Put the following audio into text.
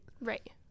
Right